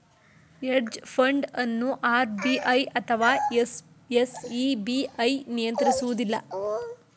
hedge fund ಅನ್ನು RBI ಅಥವಾ SEBI ನಿಯಂತ್ರಿಸುವುದಿಲ್ಲ